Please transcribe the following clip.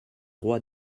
roi